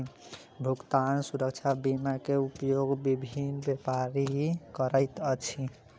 भुगतान सुरक्षा बीमा के उपयोग विभिन्न व्यापारी करैत अछि